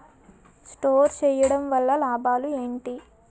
Store చేయడం వల్ల లాభాలు ఏంటి?